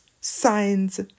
signs